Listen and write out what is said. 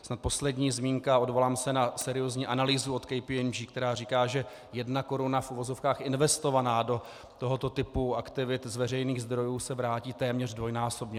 Snad poslední zmínka, odvolám se na seriózní analýzu od KPMG, která říká, že jedna koruna v uvozovkách investovaná do tohoto typu aktivit z veřejných zdrojů se vrátí téměř dvojnásobně.